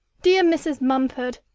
dear mrs. mumford!